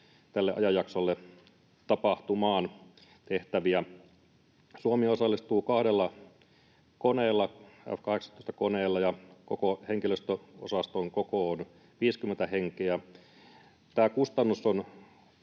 tälle ajanjaksolle tapahtumaan tehtäviä. Suomi osallistuu kahdella F-18-koneella, ja koko osaston henkilöstön koko on 50 henkeä. Tämä kustannus on